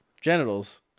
genitals